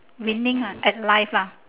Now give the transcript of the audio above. winning ah at life lah